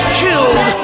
killed